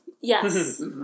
yes